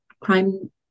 crime